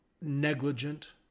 negligent